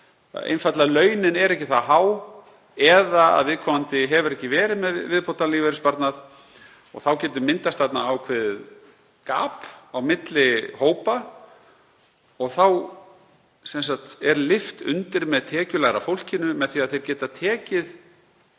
einfaldlega ekki það há eða að viðkomandi hefur ekki verið með viðbótarlífeyrissparnað. Þá getur myndast þarna ákveðið gap á milli hópa og þá er lyft undir með tekjulægra fólkinu með því að það getur tekið